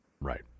Right